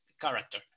character